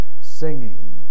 singing